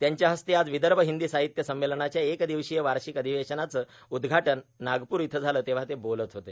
त्यांच्या हस्ते आज विदर्भ हिंदी साहित्य संमेलनाच्या एक दिवसीय वार्षिक अधिवेशनाचं उद्घाटन आज नागपूर इथं झालं तेव्हा ते बोलत होते